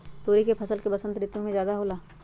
तोरी के फसल का बसंत ऋतु में ज्यादा होला?